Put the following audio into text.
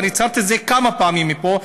והצהרתי את זה כמה פעמים מפה,